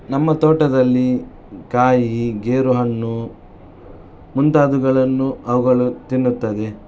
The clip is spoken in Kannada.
ನಮ್ಮ ತೋಟದಲ್ಲಿ ಕಾಯಿ ಗೇರುಹಣ್ಣು ಮುಂತಾದವುಗಳನ್ನು ಅವುಗಳು ತಿನ್ನುತ್ತದೆ